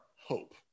hope